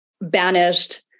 banished